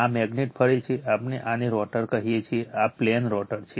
આ મેગ્નેટ ફરે છે આપણે આને રોટર કહીએ છીએ આ પ્લેન રોટર છે